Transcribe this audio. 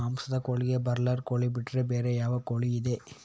ಮಾಂಸದ ಕೋಳಿಗೆ ಬ್ರಾಲರ್ ಕೋಳಿ ಬಿಟ್ರೆ ಬೇರೆ ಯಾವ ಕೋಳಿಯಿದೆ?